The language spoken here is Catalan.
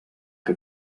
que